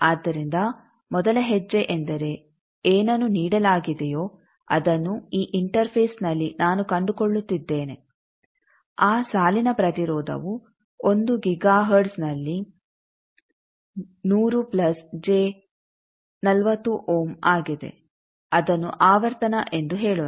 ಆದ್ದರಿಂದ ಮೊದಲ ಹೆಜ್ಜೆ ಎಂದರೆ ಏನನ್ನು ನೀಡಲಾಗಿದೆಯೋ ಅದನ್ನು ಈ ಇಂಟರ್ಫೇಸ್ನಲ್ಲಿ ನಾನು ಕಂಡುಕೊಳ್ಳುತ್ತಿದ್ದೇನೆ ಆ ಸಾಲಿನ ಪ್ರತಿರೋಧವು 1 ಗಿಗಾ ಹರ್ಟ್ಜ್ನಲ್ಲಿ ಆಗಿದೆ ಅದನ್ನು ಆವರ್ತನ ಎಂದು ಹೇಳೋಣ